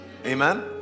Amen